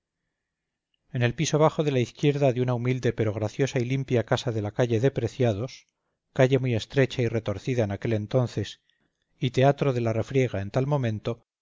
en el piso bajo de la izquierda de una humilde pero graciosa y limpia casa de la calle de preciados calle muy estrecha y retorcida en aquel entonces y teatro de la refriega en tal momento